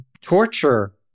torture